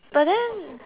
but then